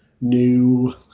new